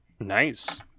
Nice